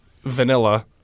Vanilla